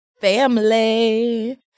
family